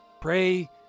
Pray